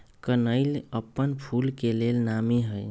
कनइल अप्पन फूल के लेल नामी हइ